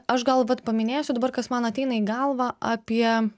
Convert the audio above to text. aš gal vat paminėsiu dabar kas man ateina į galvą apie